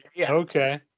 Okay